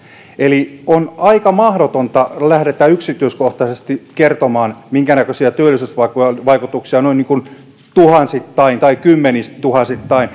eli on aika mahdotonta lähteä yksityiskohtaisesti kertomaan minkä näköisiä työllisyysvaikutuksia on noin niin kuin tuhansissa tai kymmenissätuhansissa